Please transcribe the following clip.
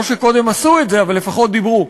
לא שקודם עשו את זה, אבל לפחות דיברו.